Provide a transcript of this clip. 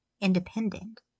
independent